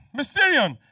Mysterion